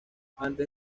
antes